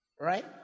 right